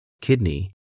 kidney